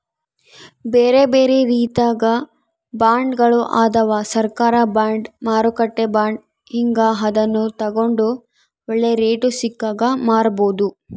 ಬೇರೆಬೇರೆ ರೀತಿಗ ಬಾಂಡ್ಗಳು ಅದವ, ಸರ್ಕಾರ ಬಾಂಡ್, ಮಾರುಕಟ್ಟೆ ಬಾಂಡ್ ಹೀಂಗ, ಅದನ್ನು ತಗಂಡು ಒಳ್ಳೆ ರೇಟು ಸಿಕ್ಕಾಗ ಮಾರಬೋದು